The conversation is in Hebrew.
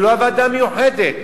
ולא הוועדה המיוחדת.